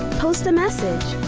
post a message.